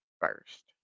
first